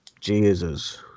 jesus